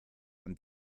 und